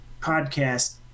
podcast